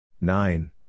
Nine